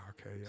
okay